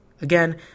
Again